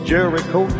Jericho